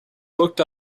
looked